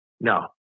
no